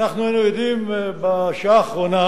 אנחנו היינו עדים בשעה האחרונה